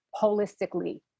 holistically